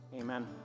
Amen